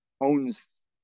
owns